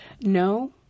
no